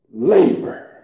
labor